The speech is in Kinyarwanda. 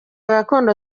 gakondo